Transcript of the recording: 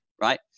right